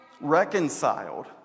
reconciled